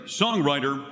songwriter